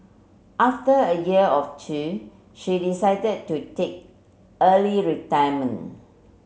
after a year or two she decided to take early retirement